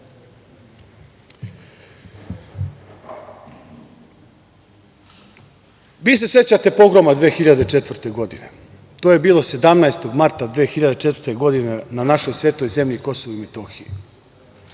se sećate pogroma 2004. godine. To je bilo 17. marta 2004. godine na našoj svetoj zemlji KiM.